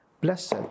blessed